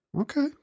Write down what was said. Okay